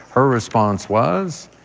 her response was,